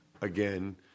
Again